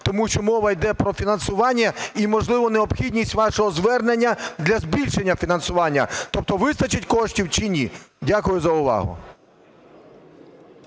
тому що мова іде про фінансуванні і, можливо, необхідність вашого звернення для збільшення фінансування. Тобто вистачить коштів чи ні? Дякую за увагу.